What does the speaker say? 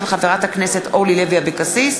של חברת הכנסת אורלי לוי אבקסיס,